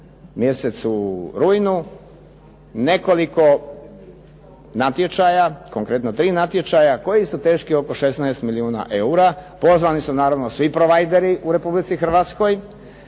mjesecu rujnu nekoliko natječaja, konkretno tri natječaja, koji su teški oko 16 milijuna eura. Pozvani su naravno provideri u Republici Hrvatskoj